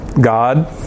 God